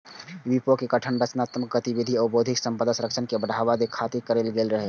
विपो के गठन रचनात्मक गतिविधि आ बौद्धिक संपदा संरक्षण के बढ़ावा दै खातिर कैल गेल रहै